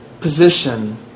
position